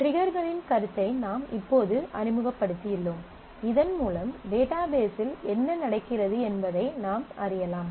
ட்ரிகர்களின் கருத்தை நாம் இப்போது அறிமுகப்படுத்தியுள்ளோம் இதன் மூலம் டேட்டாபேஸ் இல் என்ன நடக்கிறது என்பதை நாம் அறியலாம்